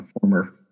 former